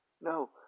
no